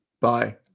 Bye